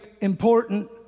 important